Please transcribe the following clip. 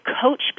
coach